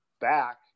back